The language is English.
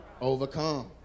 overcome